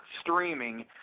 streaming